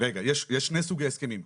יש שני סוגי הסכמים.